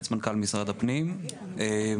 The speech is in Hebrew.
אין